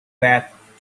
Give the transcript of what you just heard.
back